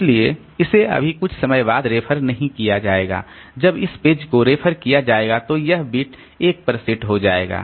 इसलिए इसे अभी कुछ समय बाद रेफर नहीं किया जाएगा जब इस पेज को रेफर किया जाएगा तो यह बिट 1 पर सेट हो जाएगा